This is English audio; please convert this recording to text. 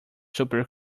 super